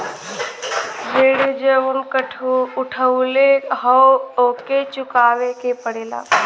ऋण जउन उठउले हौ ओके चुकाए के पड़ेला